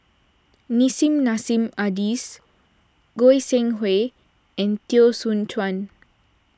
Nissim Nassim Adis Goi Seng Hui and Teo Soon Chuan